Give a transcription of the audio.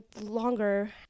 longer